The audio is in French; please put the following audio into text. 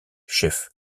chefs